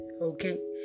okay